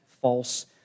false